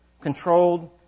controlled